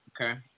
Okay